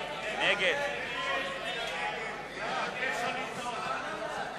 (תיקון, הקצאת תקציב שוויונית).